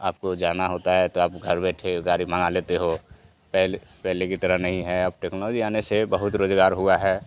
आपको जाना होता है तो आप घर बैठे ही गाड़ी मंगा लेते हो पे पहले की तरह नहीं है अब टेक्नोलॉजी आने से बहुत रोज़गार हुआ है